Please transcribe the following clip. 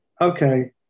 Okay